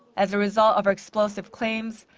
as a result of her explosive claims,